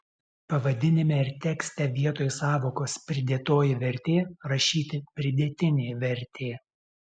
pavadinime ir tekste vietoj sąvokos pridėtoji vertė rašyti pridėtinė vertė